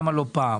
למה לא פעם?